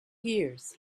years